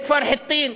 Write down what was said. לכפר חיטים.